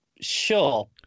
sure